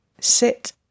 sit